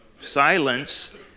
Silence